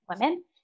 women